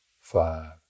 five